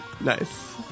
Nice